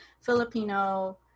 Filipino